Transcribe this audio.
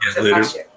Later